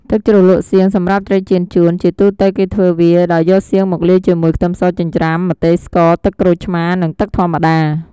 ទឹកជ្រលក់សៀងសម្រាប់ត្រីចៀនចួន ជាទូទៅគេធ្វើវា ដោយយកសៀងមកលាយជាមួយខ្ទឹមសចិញ្ច្រាំ ម្ទេស ស្ករ ទឹកក្រូចឆ្មារ និងទឹកធម្មតា។